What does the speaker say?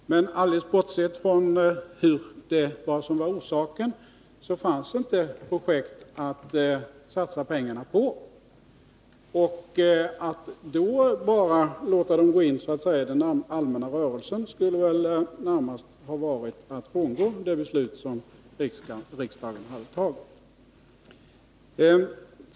Men alldeles bortsett från vad som var orsaken, fanns det inte projekt att satsa pengarna på, och att då bara låta dem så att säga gå in i den allmänna rörelsen skulle väl närmast ha varit att frångå det beslut som riksdagen hade fattat.